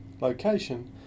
location